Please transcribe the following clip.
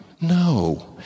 No